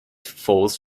falls